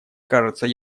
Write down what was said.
кажется